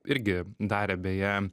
irgi darė beje